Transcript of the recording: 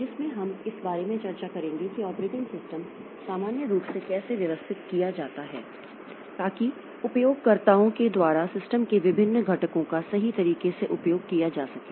जिसमें हम इस बारे में चर्चा करेंगे कि ऑपरेटिंग सिस्टम सामान्य रूप से कैसे व्यवस्थित किया जाता है ताकि उपयोगकर्ताओं के द्वारा सिस्टम के विभिन्न घटकों का सही तरीके से उपयोग किया जा सके